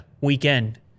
Weekend